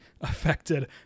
affected